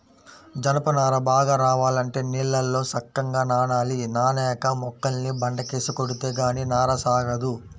జనప నార బాగా రావాలంటే నీళ్ళల్లో సక్కంగా నానాలి, నానేక మొక్కల్ని బండకేసి కొడితే గానీ నార సాగదు